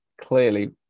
clearly